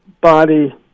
body